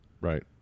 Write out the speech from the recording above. Right